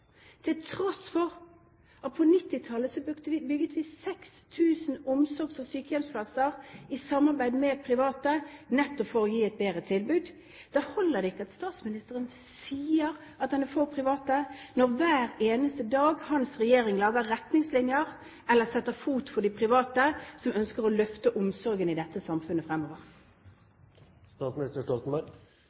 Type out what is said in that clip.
til tross for at vi på 1990-tallet bygget 6 000 omsorgs- og sykehjemsplasser i samarbeid med private, nettopp for å gi et bedre tilbud. Det holder ikke at statsministeren sier at han er for private, når hans regjering hver eneste dag lager retningslinjer eller setter fot for de private som ønsker å løfte omsorgen i dette samfunnet